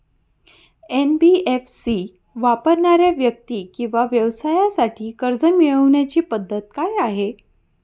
NBFC वापरणाऱ्या व्यक्ती किंवा व्यवसायांसाठी कर्ज मिळविण्याची पद्धत काय आहे?